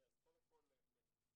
אז קודם כל להגיע.